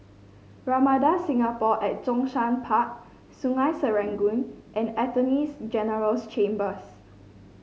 Ramada Singapore at Zhongshan Park Sungei Serangoon and Attorney General's Chambers